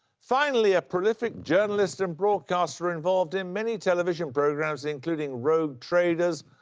finally, a prolific journalist and broadcaster involved in many television programmes including rogue traders,